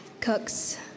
cooks